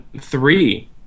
three